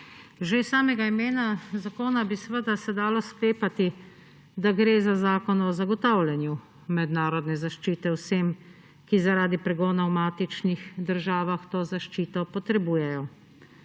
Že iz samega imena zakona bi se dalo sklepati, da gre za zakon o zagotavljanju mednarodne zaščite vsem, ki zaradi pregona v matičnih državah to zaščito potrebujejo.